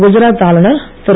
குஜராத் ஆளுனர் திரு